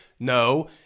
No